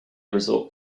resort